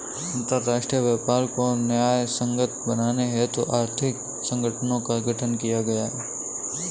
अंतरराष्ट्रीय व्यापार को न्यायसंगत बनाने हेतु आर्थिक संगठनों का गठन किया गया है